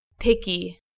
Picky